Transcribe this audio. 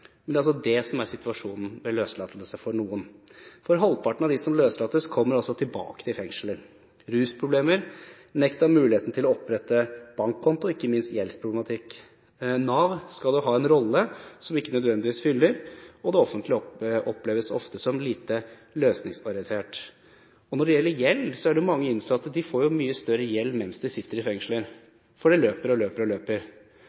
Men det er det som er situasjonen ved løslatelse for noen. Halvparten av dem som løslates, kommer altså tilbake til fengselet. Rusproblemer, det å nekte noen å opprette bankkonto – og ikke minst gjeldsproblematikk – kan forklare mye av dette. Nav skal ha en rolle de ikke nødvendigvis fyller, og det offentlige oppleves ofte som lite løsningsorientert. Det er mange innsatte som får større gjeld mens de sitter i fengsel, for gjelden løper og løper.